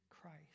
Christ